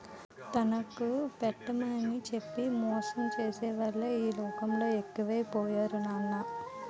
తనఖా పెట్టేమని చెప్పి మోసం చేసేవాళ్ళే ఈ లోకంలో ఎక్కువై పోయారు నాన్నా